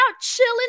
chilling